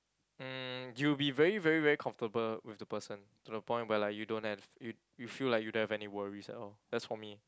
mm you'll be very very very comfortable with the person to the point where like you don't have you you feel like you don't have any worries at all that's for me